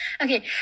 Okay